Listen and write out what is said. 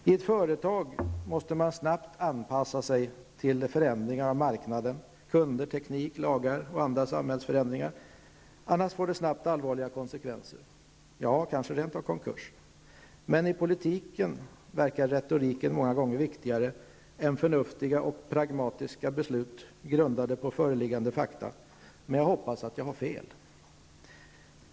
I ett företag måste man snabbt anpassa sig till förändringen av marknaden, kunder, teknik och lagar och andra samhällsförändringar annars får det snabbt allvarliga konsekvenser -- ja, kanske rent av konkurs. Men i politiken verkar retoriken många gånger viktigare än förnuftiga och pragmatiska beslut grundade på föreliggande fakta, men jag hoppas att jag har fel.